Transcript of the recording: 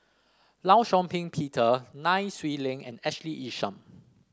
Law Shau Ping Peter Nai Swee Leng and Ashley Isham